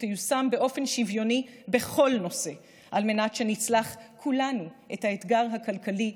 שתיושם באופן שוויוני בכל נושא על מנת שנצלח כולנו את האתגר הכלכלי,